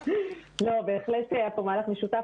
לא, בהחלט היה פה מהלך משותף.